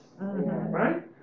Right